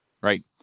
right